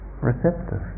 receptive